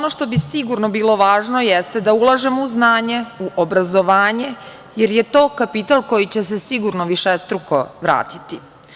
Ono što bi sigurno bilo važno jeste da ulažemo u znanje, obrazovanje jer je to kapital koji će se sigurno višestruko vratiti.